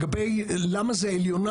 למה זה עליונה?